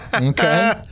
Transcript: Okay